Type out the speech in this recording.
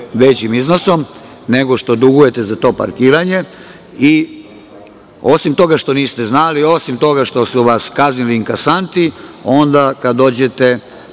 većim iznosom nego što dugujete za to parkiranje i osim toga što niste znali, osim toga što su vas kaznili inkasanti, onda kad dođete